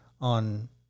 on